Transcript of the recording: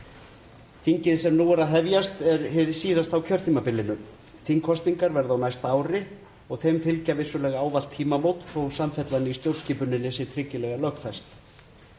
Þingið sem nú er að hefjast er hið síðasta á kjörtímabilinu. Þingkosningar verða á næsta ári og þeim fylgja vissulega ávallt tímamót þótt samfellan í stjórnskipuninni sé tryggilega lögfest.